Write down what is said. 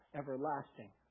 everlasting